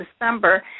December